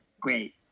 Great